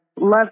Love